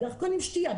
בדרך קונים שתייה,